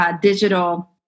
digital